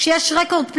כשיש רקורד פלילי,